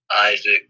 isaac